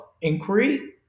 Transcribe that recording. inquiry